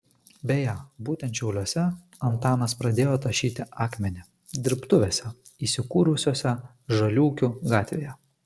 beje būtent šiauliuose antanas pradėjo tašyti akmenį dirbtuvėse įsikūrusiose žaliūkių gatvėje